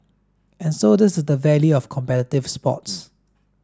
and so this is the value of competitive sports